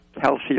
calcium